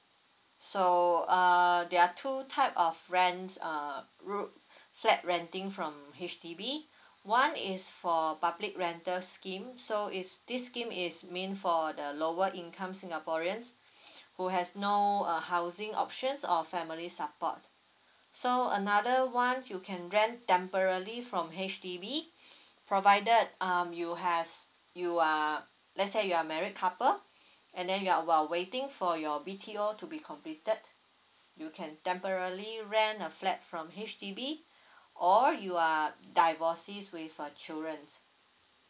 so uh there are two type of rents err roo~ flat renting from H_D_B one is for public rental scheme so is this scheme is mean for the lower income singaporeans who has no uh housing options or family support so another one you can rent temporally from H_D_B provided um you have you uh let's say you are married couple and then you are while waiting for your B_T_O to be completed you can temporally rent a flat from H_D_B or you are divorcee with uh children